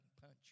punch